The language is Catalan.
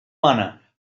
mana